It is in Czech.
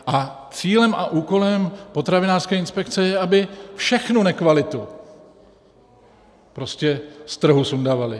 A cílem a úkolem potravinářské inspekce je, aby všechnu nekvalitu prostě z trhu sundávali.